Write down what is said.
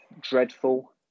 dreadful